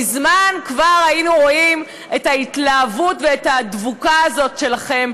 מזמן כבר היינו רואים את ההתלהבות ואת הדבוקה הזאת שלכם,